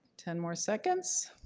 ten more seconds.